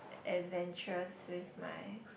adventurous with my